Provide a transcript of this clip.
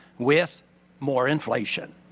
with more inflation.